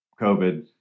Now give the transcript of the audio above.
COVID